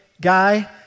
guy